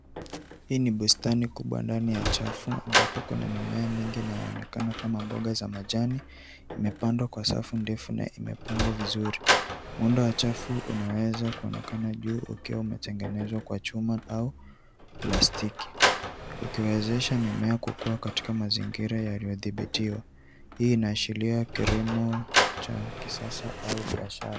Hii ni bustani kubwa ndani ya chafu, ambapo kuna mimea mingi inayoonekana kama mboga za majani, imepandwa kwa safu ndefu na imepangwa vizuri. Muundo wa chafu unaweza kuonekana juu ukiwa umetengenezwa kwa chuma au plastiki, ukiwezesha mimea kukua katika mazingira yaliyodhibitiwa. Hii inaashiria kilimo cha kisasa au biashara.